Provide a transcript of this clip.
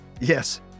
Yes